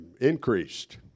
increased